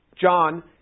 John